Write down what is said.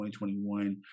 2021